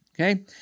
Okay